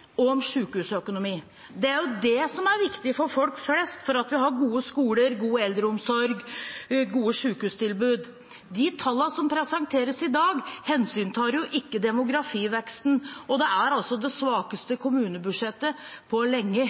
er jo det som er viktig for folk flest – viktig for at vi har gode skoler, god eldreomsorg og gode sykehustilbud. De tallene som presenteres i dag, hensyntar ikke demografiveksten. Det er det svakeste kommunebudsjettet på lenge.